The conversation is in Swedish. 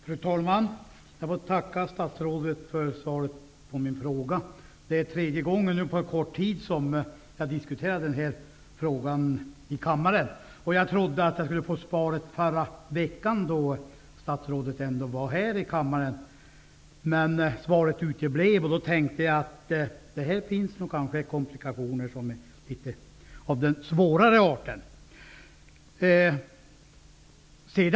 Fru talman! Jag får tacka statsrådet för svaret på min fråga. Det är tredje gången på kort tid som jag diskuterar den här frågan i kammaren. Jag trodde att jag skulle få svaret förra veckan, då statsrådet ändå var här i kammaren, men svaret uteblev. Då tänkte jag att det kanske finns komplikationer här som är av svårare art.